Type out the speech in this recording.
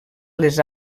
les